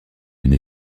une